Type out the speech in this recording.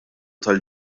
tal